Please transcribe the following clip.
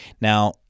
Now